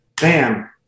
bam